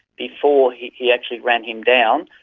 before he actually ran him down.